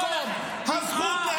אין לכם עתיד עם הגזענות הזאת.